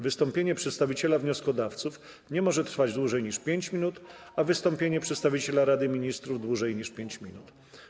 Wystąpienie przedstawiciela wnioskodawców nie może trwać dłużej niż 5 minut, a wystąpienie przedstawiciela Rady Ministrów - dłużej niż 5 minut.